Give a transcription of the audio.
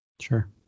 Sure